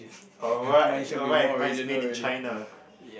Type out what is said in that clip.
oh right oh right mine is made in China